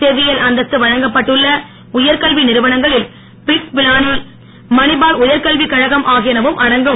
செவ்வியல் அந்தஸ்து வழங்கப்பட்டுள்ள உயர்கல்வி நிறுவனங்களில் பிட்ஸ் பிலானி மணிபால் உயர்கல்விக் கழகம் ஆகியனவும் அடங்கும்